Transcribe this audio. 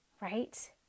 right